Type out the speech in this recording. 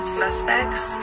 suspects